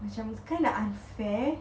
macam it's kind of unfair